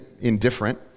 indifferent